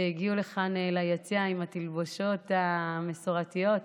שהגיעו לכאן ליציע עם התלבושות המסורתיות,